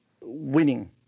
winning